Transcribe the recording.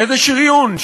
איזה שריוּן?